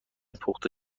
پخته